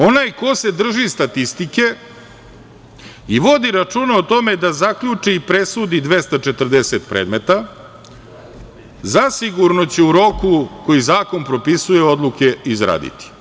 Onaj ko se drži statistike i vodi računa o tome da zaključi i presudi 240 predmeta zasigurno će u roku koji zakon propisuje, odluke izraditi.